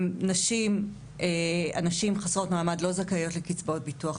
הנשים חסרות מעמד לא זכאיות לקצבאות ביטוח